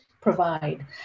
provide